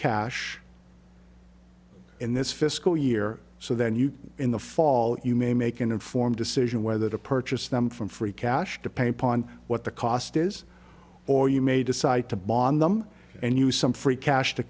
cash in this fiscal year so then you in the fall you may make an informed decision whether to purchase them from free cash to pay upon what the cost is or you may decide to bond them and use some free cash to